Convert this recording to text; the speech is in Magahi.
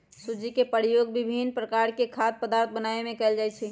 सूज्ज़ी के प्रयोग विभिन्न प्रकार के खाद्य पदार्थ बनाबे में कयल जाइ छै